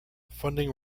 funding